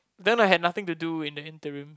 then I had nothing to do in the interim